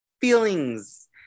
feelings